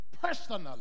personally